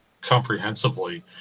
comprehensively